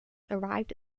arrived